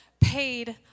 paid